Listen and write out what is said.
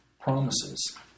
promises